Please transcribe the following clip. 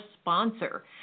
sponsor